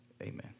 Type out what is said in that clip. amen